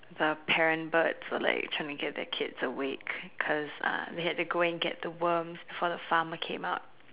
the parent birds were like trying to get their kids awake cause uh they had to go and get the worms before the farmer came out